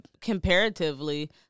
comparatively